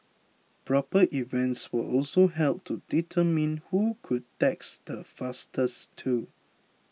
proper events were also held to determine who could text the fastest too